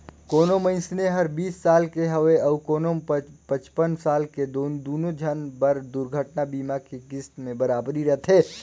कोनो मइनसे हर बीस साल के हवे अऊ कोनो पचपन साल के दुनो झन बर दुरघटना बीमा के किस्त में बराबरी रथें